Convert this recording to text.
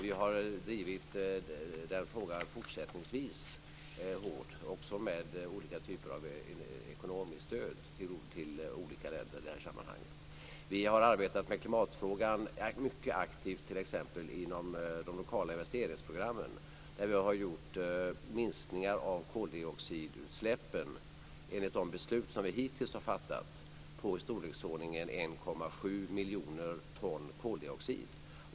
Vi har fortsättningsvis drivit den frågan hårt, och vi har också gett olika typer av ekonomiskt stöd till olika länder i det här sammanhanget. Vi har arbetat med klimatfrågan mycket aktivt, t.ex. inom de lokala investeringsprogrammen. Vi har minskat koldioxidutsläppen, enligt de beslut som vi hittills har fattat, med i storleksordningen 1,7 miljoner ton.